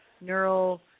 neural